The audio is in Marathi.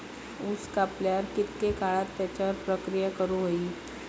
ऊस कापल्यार कितके काळात त्याच्यार प्रक्रिया करू होई?